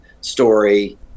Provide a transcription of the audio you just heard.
story